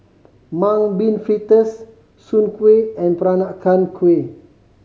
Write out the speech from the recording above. Mung Bean Fritters Soon Kuih and Peranakan Kueh